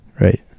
right